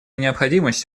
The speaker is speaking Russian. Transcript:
необходимость